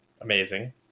Amazing